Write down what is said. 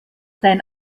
sein